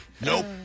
Nope